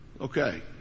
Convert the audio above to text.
Okay